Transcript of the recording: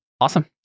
Awesome